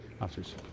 Officers